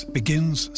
begins